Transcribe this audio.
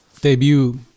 debut